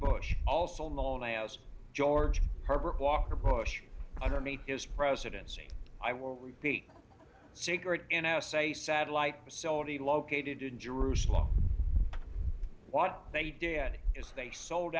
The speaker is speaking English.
bush also known as george herbert walker bush underneath his presidency i will read the secret n s a satellite solti located in jerusalem what they did is they sold